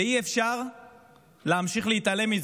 ואי-אפשר להמשיך להתעלם מזה.